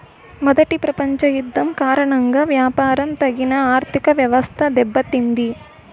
మొదటి ప్రపంచ యుద్ధం కారణంగా వ్యాపారం తగిన ఆర్థికవ్యవస్థ దెబ్బతింది